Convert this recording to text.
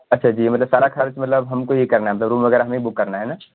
اچھا جی مطلب سارا خرچ مطلب ہم کو ہی کرنا ہے روم وغیرہ ہمیں ہی بک کرنا ہے نا